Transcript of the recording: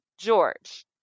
George